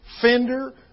fender